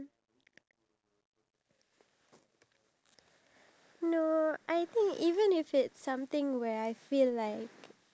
and when we end up like them we don't even all we can afford to do is complain that we don't even have food and nobody in the world would care